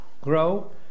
grow